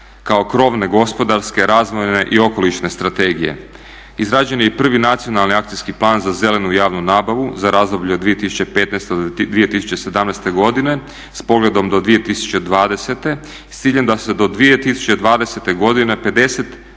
kao krovne, gospodarske, razvojne i okolišne strategije. Izrađen je i prvi nacionalni akcijski plan za zelenu javnu nabavu za razdoblje od 2015. do 2017. godine sa pogledom do 2020. s ciljem da se do 2020. godine 50%